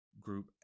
Group